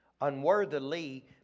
unworthily